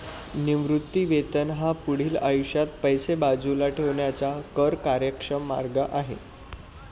निवृत्ती वेतन हा पुढील आयुष्यात पैसे बाजूला ठेवण्याचा कर कार्यक्षम मार्ग आहे